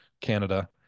Canada